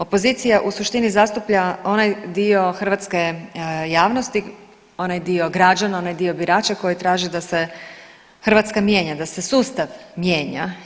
Opozicija u suštini zastupa onaj dio hrvatske javnosti, onaj dio građana, onaj dio birača koji traži da se Hrvatska mijenja, da se sustav mijenja.